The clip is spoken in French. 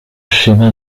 schéma